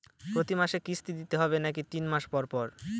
প্রতিমাসে কিস্তি দিতে হবে নাকি তিন মাস পর পর?